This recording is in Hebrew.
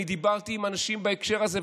אני דיברתי עם אנשים בהקשר הזה,